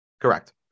Correct